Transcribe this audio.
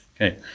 Okay